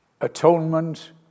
atonement